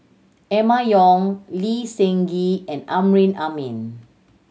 Emma Yong Lee Seng Gee and Amrin Amin